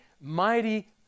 mighty